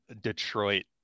Detroit